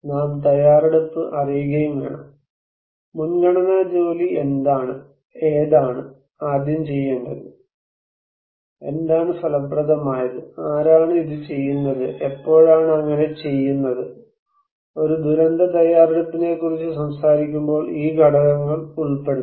നാം തയ്യാറെടുപ്പ് അറിയുകയും വേണം മുൻഗണനാ ജോലി എന്താണ് ഏതാണ് ആദ്യം ചെയ്യേണ്ടത് എന്താണ് ഫലപ്രദമായത് ആരാണ് ഇത് ചെയ്യുന്നത് എപ്പോഴാണ് അങ്ങനെ ചെയ്യുന്നത് ഒരു ദുരന്ത തയ്യാറെടുപ്പിനെക്കുറിച്ച് സംസാരിക്കുമ്പോൾ ഈ ഘടകങ്ങൾ ഉൾപ്പെടുത്തണം